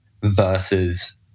versus